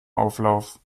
auflauf